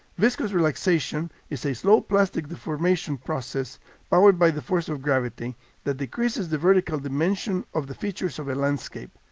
viscous relaxation is a slow plastic deformation process powered by the force of gravity that decreases the vertical dimension of the features of a landscape.